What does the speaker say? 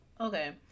Okay